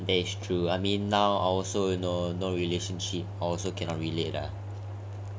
that is true I mean now I also you know no relationship I also cannot relate lah